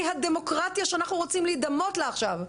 הדמוקרטיה שאנחנו רוצים להידמות לה עכשיו,